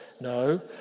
No